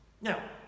Now